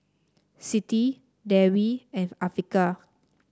Siti Dewi and Afiqah